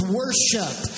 worship